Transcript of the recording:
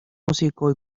músico